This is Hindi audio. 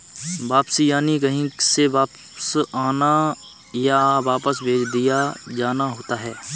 वापसी यानि कहीं से वापस आना, या वापस भेज दिया जाना होता है